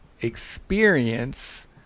experience